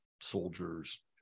soldiers